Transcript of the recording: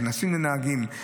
כנסים לנהגים.